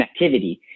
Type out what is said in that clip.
connectivity